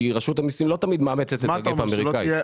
רשות המיסים לא תמיד מאמצת את ה-גייפ האמריקאי.